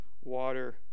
water